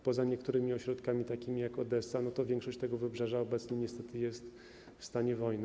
Poza niektórymi ośrodkami takimi jak Odessa większość tego wybrzeża obecnie niestety jest w stanie wojny.